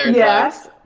yes.